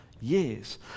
years